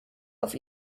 auf